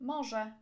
Może